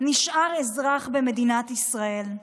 נשאר אזרח במדינת ישראל?